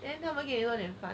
then 他们给你多点饭